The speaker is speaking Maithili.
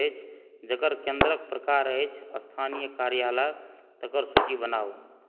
जकर केंद्रक प्रकार अछि स्थानीय कर्यालय तकर सूची बनाउ